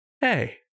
hey